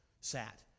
sat